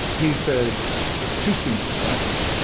he says it's too soon to judge.